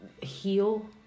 heal